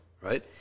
Right